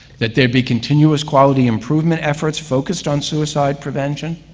that there be continuous quality improvement efforts focused on suicide prevention.